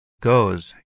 goes